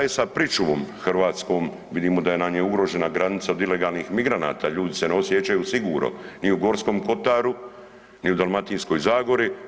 je sa pričuvom hrvatskom, vidimo da nam je ugrožena granica od ilegalnih migranata ljudi se ne osjećaju sigurno ni u Gorskom Kotaru, ni u Dalmatinskoj zagori?